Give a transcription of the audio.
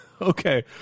okay